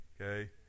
okay